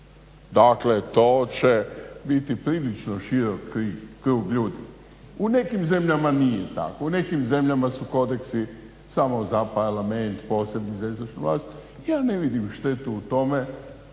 Dakle to će biti prilično širok krug ljudi. U nekim zemljama nije tako. U nekim zemljama su kodeksi samo za parlament posebni, za izvršnu vlasti. Ja ne vidim štetu u tome